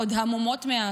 עוד המומות מהאסון,